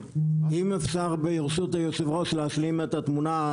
אם אפשר להשלים את התמונה.